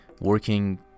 working